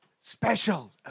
Special